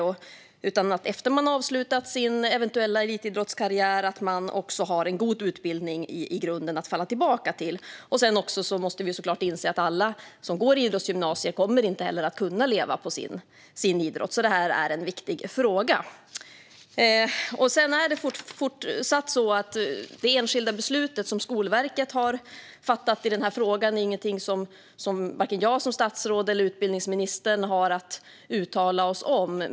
Det handlar om att man efter att ha avslutat sin eventuella elitidrottskarriär ska ha en god utbildning i grunden att falla tillbaka på. Vi måste såklart också inse att alla som går idrottsgymnasier inte kommer att kunna leva på sin idrott, så detta är en viktig fråga. Det är fortsatt så att det enskilda beslut som Skolverket har fattat i denna fråga inte är någonting som jag som statsråd eller utbildningsministern har att uttala oss om.